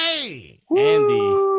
Andy